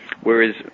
whereas